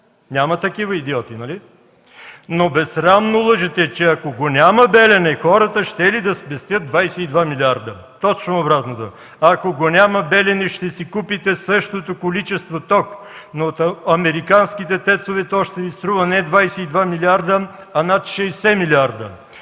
Няма такива идиоти! Безсрамно лъжете, че ако го няма „Белене”, хората щели да спестят 22 милиарда! Точно обратното е! Ако го няма „Белене”, ще си купите същото количество ток, но от американските тецове ще ни струва не 22 милиарда, а над 60 милиарда.